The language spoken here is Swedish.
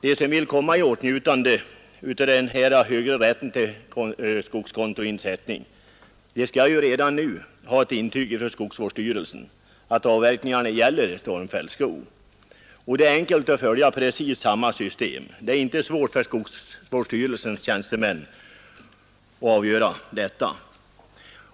De som vill komma i åtnjutande av den utvidgade rätten till insättning på skogskonto skall ju redan nu ha ett intyg från skogsvårdsstyrelsen på att avverkningarna gäller stormfälld skog, och det är enkelt att följa precis samma system. Det är inte svårt för skogsvårdsstyrelsens tjänstemän att avgöra detta.